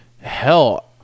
Hell